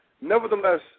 Nevertheless